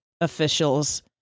officials